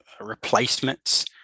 replacements